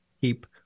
keep